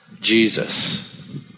Jesus